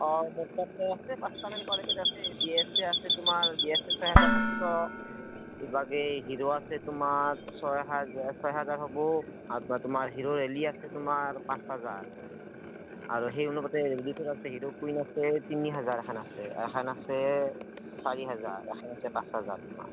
অঁ মোৰ তাতে আছে পাঁচটামান কোৱালিটিৰ আছে বি এছ এ আছে তোমাৰ বি এছ এ ছয় হাজাৰ সাতশ ইভাগে হিৰ' আছে তোমাৰ ছয় হাজ ছয় হেজাৰ হ'ব তাৰপাৰা তোমাৰ হিৰ' ৰেলী আছে তোমাৰ পাঁচ হাজাৰ আৰু সেই অনুপাতে ৰেলীটো আছে হিৰ' কুইন আছে তিনি হাজাৰ এখান আছে এখন আছে চাৰি হাজাৰ এখন আছে পাঁচ হাজাৰ তোমাৰ